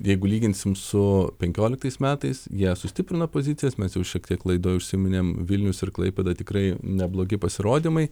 jeigu lyginsim su penkioliktais metais jie sustiprino pozicijas mes jau šiek tiek laidoj užsiminėm vilnius ir klaipėda tikrai neblogi pasirodymai